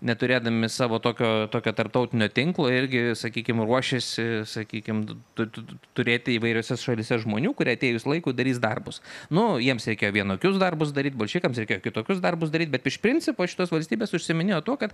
neturėdami savo tokio tokio tarptautinio tinklo irgi sakykim ruošėsi sakykim tu turėti įvairiose šalyse žmonių kurie atėjus laikui darys darbus nu jiems reikėjo vienokius darbus daryt bolševikams reikėjo kitokius darbus daryt bet iš principo šitos valstybės užsiiminėjo tuo kad